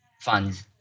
funds